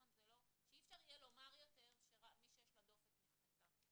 שאי אפשר יהיה לומר יותר שמי שיש לה דופק נכנסה.